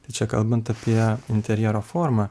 tai čia kalbant apie interjero formą